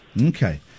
Okay